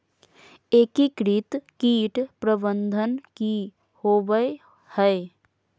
एकीकृत कीट प्रबंधन की होवय हैय?